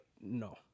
No